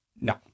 No